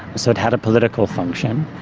so it had a political function.